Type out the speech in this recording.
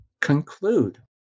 conclude